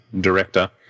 director